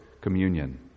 communion